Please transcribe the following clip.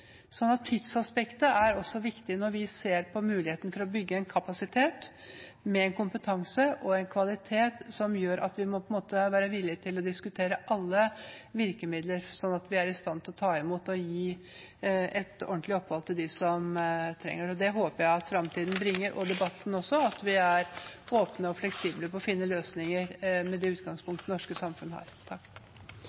tidsaspektet er også viktig når vi ser på muligheten til å bygge kapasitet med kompetanse og kvalitet. Vi må på en måte være villige til å diskutere alle virkemidler, slik at vi er i stand til å ta imot og gi et ordentlig opphold til dem som trenger det. Det håper jeg at fremtiden og debatten vil bringe, at vi også er åpne og fleksible for å finne løsninger med det utgangspunkt det norske samfunnet har.